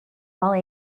while